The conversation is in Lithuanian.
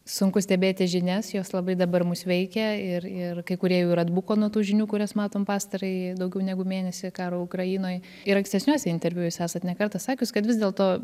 sunku stebėti žinias jos labai dabar mus veikia ir ir kai kurie jau ir atbuko nuo tų žinių kurias matom pastarąjį daugiau negu mėnesį karo ukrainoj ir ankstesniuose interviu jūs esat ne kartą sakius kad vis dėlto